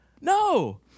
No